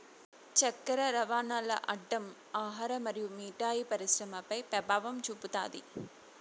చక్కర రవాణాల్ల అడ్డం ఆహార మరియు మిఠాయి పరిశ్రమపై పెభావం చూపుతాది